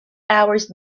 hours